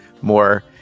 more